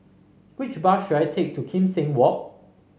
which bus should I take to Kim Seng Walk